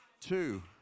two